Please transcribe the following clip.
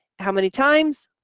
how many times,